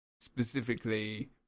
specifically